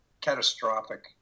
catastrophic